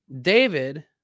David